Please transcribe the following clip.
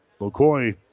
McCoy